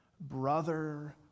Brother